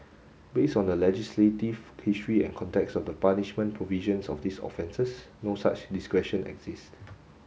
based on the legislative history and context of the punishment provisions of these offences no such discretion exist